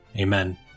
Amen